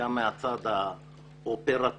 גם מהצד האופרטיבי,